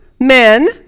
men